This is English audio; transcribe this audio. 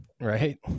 Right